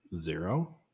Zero